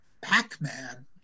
Pac-Man